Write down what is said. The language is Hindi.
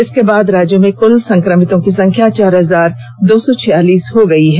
इसके बाद राज्य में कूल संक्रमितों की संख्या चार हजार दो सौ छियालिस हो गयी है